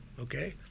okay